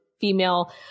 female